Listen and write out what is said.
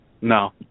No